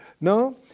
No